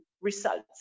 results